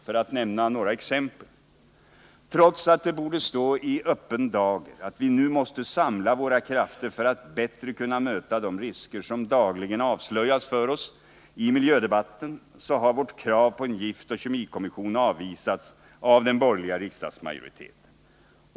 För att nämna några exempel: trots att det borde stå i öppen dager att vi nu måste samla våra krafter för att bättre kunna möta de risker som dagligen avslöjas för oss i miljödebatten, så har vårt krav på en giftoch kemikommission avvisats av den borgerliga riksdagsmajoriteten.